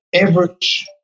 average